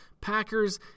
Packers